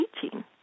teaching